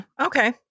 Okay